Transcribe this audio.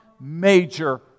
major